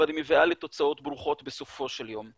אבל היא מביאה לתוצאות ברוכות בסופו של יום.